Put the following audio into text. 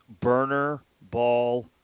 Burnerball